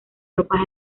tropas